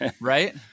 right